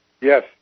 Yes